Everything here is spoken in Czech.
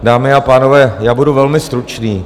Dámy a pánové, já budu velmi stručný.